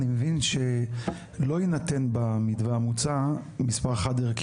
אני מבין שלא יינתן במתווה המוצא מספר חד ערכי